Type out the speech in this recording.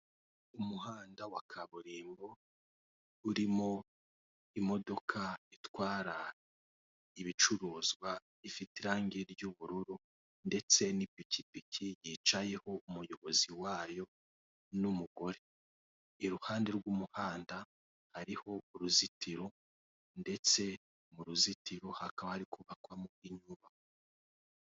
Imodoka yo mu bwoko bw'ikamyo iri kuzamuka muri kaburimbo. Iyi modoka y'ibara ry'ubururu, iri kubisikana na moto itwawe n'umumotari uhetse umugenzi.